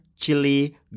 chili